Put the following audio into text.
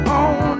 on